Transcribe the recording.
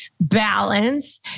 balance